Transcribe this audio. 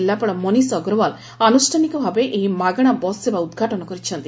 ଜିଲ୍ଲାପାଳ ମନୀଷ ଅଗ୍ରଓ୍ୱାଲ ଆନୁଷ୍ଟାନିକ ଭାବେ ଏହି ମାଗଣା ବସ୍ ସେବା ଉଦ୍ଘାଟନ କରିଛନ୍ତି